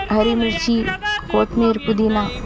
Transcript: ہری مرچی کوتمیر پودینہ